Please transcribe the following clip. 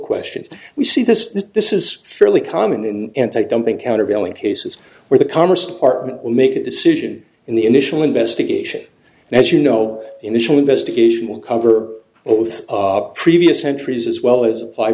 questions we see this this is fairly common in anti dumping countervailing cases where the commerce department will make a decision in the initial investigation and as you know initial investigation will cover both previous entries as well as appl